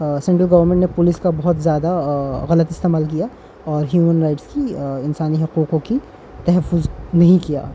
central government نے police کا بہت زیادہ غلط استعمال کیا اور ہیومن رائٹس کی انسانی حقوقوں کی تحفظ نہیں کیا